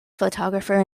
photographer